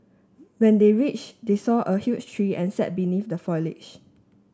when they reach they saw a huge tree and sat beneath the foliage